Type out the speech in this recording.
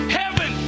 heaven